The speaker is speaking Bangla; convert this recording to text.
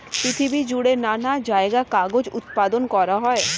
পৃথিবী জুড়ে নানা জায়গায় কাগজ উৎপাদন করা হয়